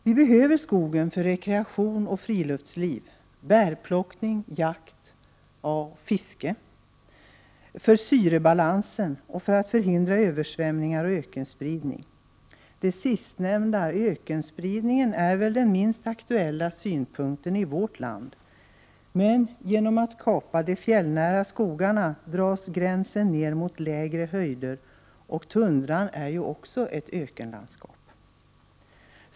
Vi behöver skogen för rekreation och friluftsliv, för bärplockning, jakt och fiske, för syrebalansen och för att förhindra översvämningar och ökenspridning. Det sistnämnda, ökenspridningen, är väl den minst aktuella synpunkten i vårt land, men genom att kapa de fjällnära skogarna dras gränsen ner mot lägre höjder, och tundran är ju också ett ökenlandskap.